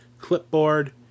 clipboard